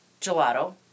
gelato